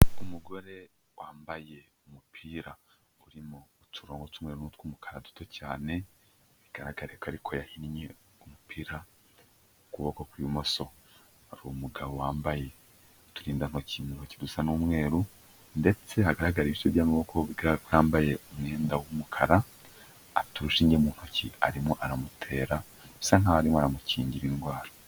Umugore wambaye umupira urimo uturongo tw'umweru n'utw'umukara duto cyane, bigaragare ko ariko yahinnye umupira, ku kuboko kw'imoso, hari umugabo wambaye uturinda ntoki mu ntoki dusa n'umweru, ndetse hagaragara ibice by'amaboko, bigaragara ko yambaye umwenda w'umukara, afite urushinge mu ntoki arimo aramutera, bisa nkaho arimo aramukingira indwara.